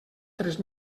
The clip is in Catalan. tres